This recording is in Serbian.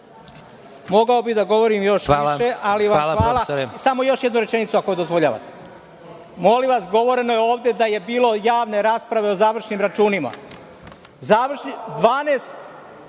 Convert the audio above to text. bih da govorim još više, ali samo još jednu rečenicu, ako dozvoljavate. Molim vas, govoreno je ovde da je bilo javne rasprave o završnim računima.